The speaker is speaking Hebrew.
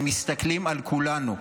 הם מסתכלים על כולנו.